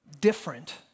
different